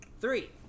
Three